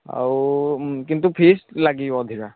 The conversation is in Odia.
ଆଉ କିନ୍ତୁ ଫିସ୍ ଲାଗିବ ଅଧିକା